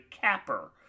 capper